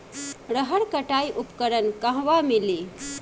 रहर कटाई उपकरण कहवा मिली?